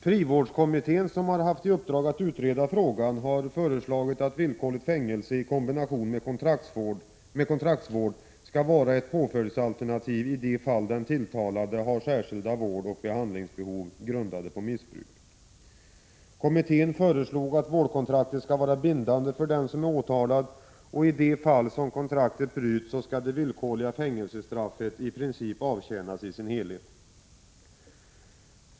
Frivårdskommittén som har haft i uppdrag att utreda frågan har föreslagit att villkorligt fängelse i kombination med kontraktsvård skall vara ett påföljdsalternativ i de fall den tilltalade har särskilda vårdoch behandlingsbehov, grundade på missbruk. Kommittén föreslog att vårdkontraktet skall vara bindande för den som är åtalad. I de fall kontraktet bryts skall det villkorliga fängelsestraffet i princip avtjänas i sin helhet.